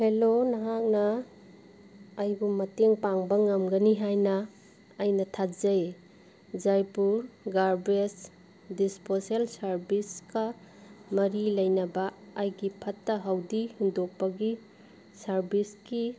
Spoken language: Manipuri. ꯍꯜꯂꯣ ꯅꯍꯥꯛꯅ ꯑꯩꯕꯨ ꯃꯇꯦꯡ ꯄꯥꯡꯕ ꯉꯝꯒꯅꯤ ꯍꯥꯏꯅ ꯑꯩꯅ ꯊꯥꯖꯩ ꯖꯩꯄꯨꯔ ꯒꯥꯔꯕꯦꯖ ꯗꯤꯁꯄꯣꯁꯦꯜ ꯁꯥꯔꯕꯤꯁꯀ ꯃꯔꯤ ꯂꯩꯅꯕ ꯑꯩꯒꯤ ꯐꯠꯇ ꯍꯥꯎꯗꯤ ꯍꯨꯟꯗꯣꯛꯄꯒꯤ ꯁꯥꯔꯕꯤꯁꯀꯤ